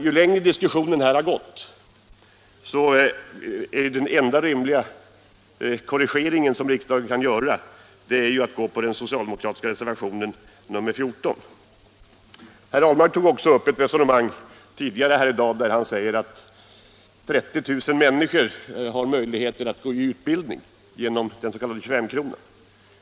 Ju längre diskussionen har gått desto klarare blir det att den enda rimliga korrigering som riksdagen kan göra är att gå på den socialdemokratiska reservationen 14. Herr Ahlmark sade tidigare i dag att 30 000 människor har möjlighet att få utbildning genom den s.k. 25S-kronan.